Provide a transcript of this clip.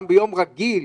גם ביום רגיל,